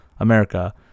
America